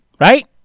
right